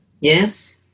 Yes